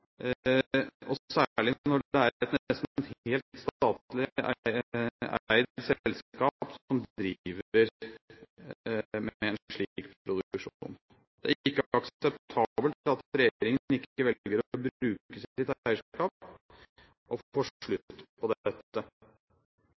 ganger så mye som oljeproduksjonen på norsk sokkel. Dette er, for å bruke statsråd Erik Solheims egne ord, ikke akseptabelt, og særlig når det er et nesten helt statlig eid selskap som driver med en slik produksjon. Det er ikke akseptabelt at regjeringen ikke velger å bruke sitt eierskap og